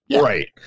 Right